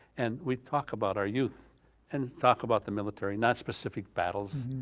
and we talk about our youth and talk about the military, not specific battles,